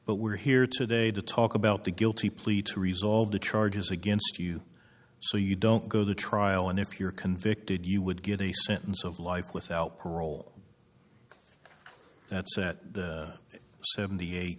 but we're here today to talk about the guilty plea to resolve the charges against you so you don't go to trial and if you're convicted you would get the sentence of life without parole that's seventy eight